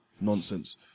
nonsense